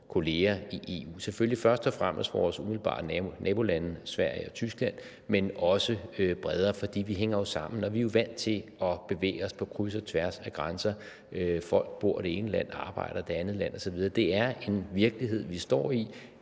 gælder selvfølgelig først og fremmest vores umiddelbare nabolande, Sverige og Tyskland, men også bredere, for vi hænger jo sammen, og vi er vant til at bevæge os på kryds og tværs af grænser, da folk bor det i det ene land, men arbejder i det andet land, og det er den virkelighed, vi står i,